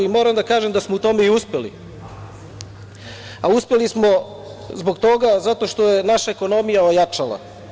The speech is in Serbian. Moram da kažem da smo u tome i uspeli, a uspeli smo zbog toga zato što je naša ekonomija ojačala.